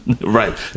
Right